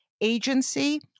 agency